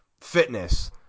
fitness